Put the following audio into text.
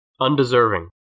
undeserving